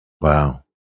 Wow